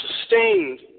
sustained